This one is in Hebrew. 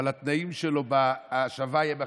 אבל התנאים שלו בהשבה הם אחרים,